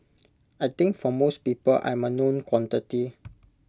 I think for most people I'm A known quantity